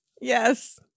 yes